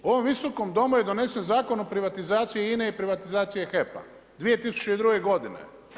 U ovom visokom Domu je donesen Zakon o privatizaciji INA-e i privatizaciji HEP-a, 2002. godine.